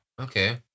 Okay